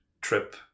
trip